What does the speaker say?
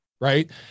right